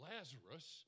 Lazarus